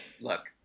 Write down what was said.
look